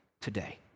today